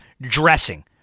dressing